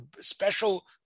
special